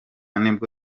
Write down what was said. nibwo